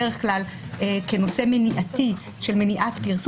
בדרך כלל בהקשר של מניעת פרסום.